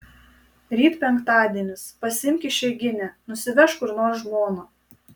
ryt penktadienis pasiimk išeiginę nusivežk kur nors žmoną